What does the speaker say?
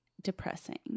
depressing